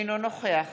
אינו נוכח